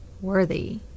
worthy